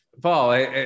Paul